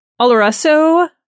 Oloroso